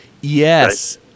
Yes